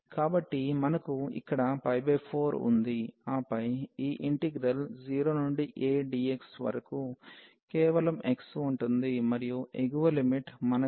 కాబట్టి మనకు ఇక్కడ 4 ఉంది ఆపై ఈ ఇంటిగ్రల్ 0 నుండి a dx వరకు కేవలం x ఉంటుంది మరియు ఎగువ లిమిట్ మనకు a ని ఇస్తుంది